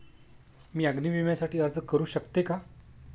मी अग्नी विम्यासाठी अर्ज करू शकते का?